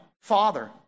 father